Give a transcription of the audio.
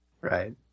Right